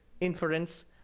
inference